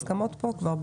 ההסכמות פה כבר,